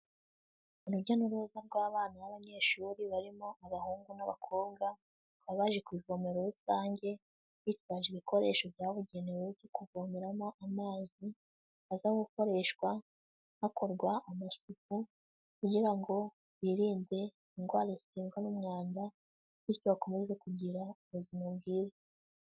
Urujya n'uruza rw'abana b'abanyeshuri barimo abahungu n'abakobwa, bari baje ku ivomero rusange bitwaje ibikoresho byabugenewe byo kuvomo amazi, aza gukoreshwa hakorwa amasuku kugira ngo birinde indwara ziterwa n'umwanda bityo bakomeze kugira ubuzima bwiza.